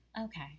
Okay